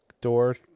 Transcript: door